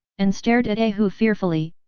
and stared at a hu fearfully,